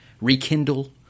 Rekindle